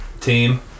team